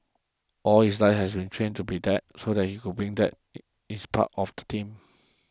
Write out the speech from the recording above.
all his life he has trained to be that so he could bring that he is part of the team